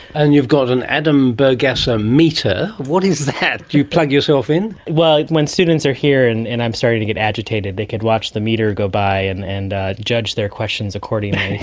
and you've got an adam burgasser meter, what is that? do you plug yourself in? well, when students are here and and i'm starting to get agitated they can watch the meter go by and and judge their questions accordingly.